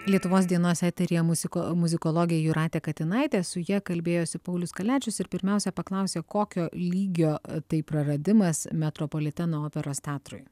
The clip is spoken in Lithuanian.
lietuvos dienos eteryje muziko muzikologė jūratė katinaitė su ja kalbėjosi paulius kaliačius ir pirmiausia paklausė kokio lygio tai praradimas metropoliteno operos teatrui